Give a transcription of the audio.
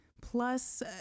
Plus